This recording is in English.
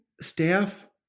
staff